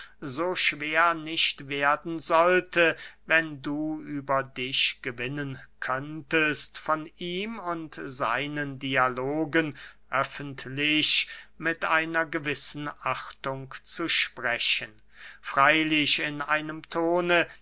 so schwer nicht werden sollte wenn du über dich gewinnen könntest von ihm und seinen dialogen öffentlich mit einer gewissen achtung zu sprechen freylich in einem tone